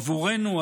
עבורנו,